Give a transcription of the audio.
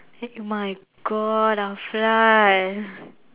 my god afar